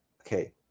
Okay